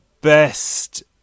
best